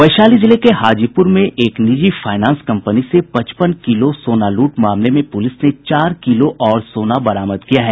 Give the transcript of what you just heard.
वैशाली जिले के हाजीपूर के एक निजी फाइनास कम्पनी से पचपन किलो सोना लूट मामले में पुलिस ने चार किलो और सोना बरामद किया है